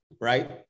right